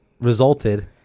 resulted